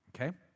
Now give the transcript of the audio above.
Okay